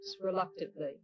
reluctantly